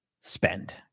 spend